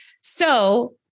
so-